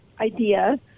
idea